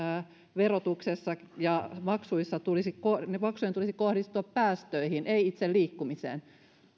verotuksen ja maksujen tulisi kohdistua päästöihin ei itse liikkumiseen